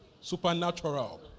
supernatural